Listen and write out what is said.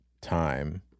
time